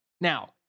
Now